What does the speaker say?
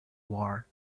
war